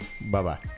bye-bye